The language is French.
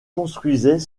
construisait